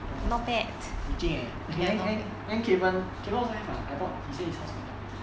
orh reaching leh then then then kevan kevan also has [what] I thought he says his house got dog